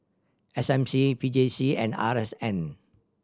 S M C P J C and R S N